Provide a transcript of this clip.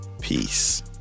Peace